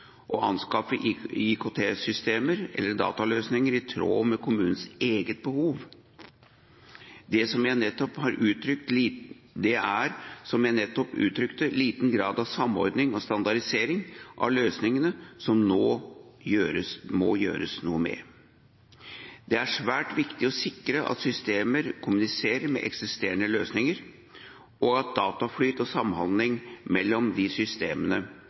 å anskaffe IKT-systemer eller dataløsninger i tråd med kommunens eget behov. Det er, som jeg nettopp uttrykte, liten grad av samordning og standardisering av løsningene det må gjøres noe med. Det er svært viktig å sikre at systemer kommuniserer med eksisterende løsninger, og at dataflyt og samhandling mellom de systemene